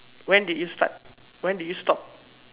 when did you start when did you stop